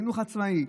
חינוך עצמאי,